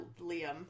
Liam